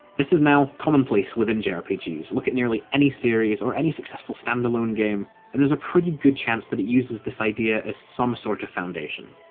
this is now commonplace within jrpgs, yeah look at nearly any series, or any successful stand-alone game, and there's a pretty good chance that it uses this idea as some sort of foundation.